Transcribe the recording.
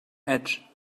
edge